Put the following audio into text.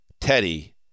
Teddy